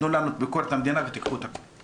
תנו לנו את ביקורת המדינה, ותיקחו את הכול.